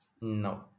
No